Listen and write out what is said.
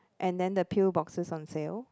and then the pill boxes on sale